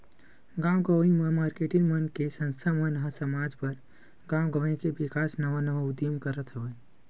गाँव गंवई म मारकेटिंग मन के संस्था मन ह समाज बर, गाँव गवई के बिकास नवा नवा उदीम करत हवय